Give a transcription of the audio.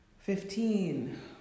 Fifteen